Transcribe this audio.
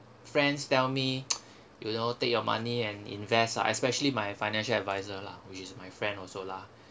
friends tell me you know take your money and invest ah especially my financial advisor lah which is my friend also lah